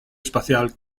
espacial